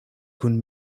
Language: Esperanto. kun